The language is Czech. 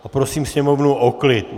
Poprosím sněmovnu o klid.